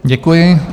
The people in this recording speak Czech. Děkuji.